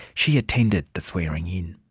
she attended the swearing-in.